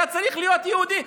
אתה צריך להיות יהודי,